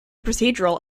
procedural